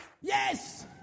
yes